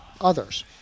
others